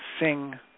Sing